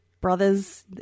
brothers